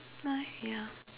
ah yeah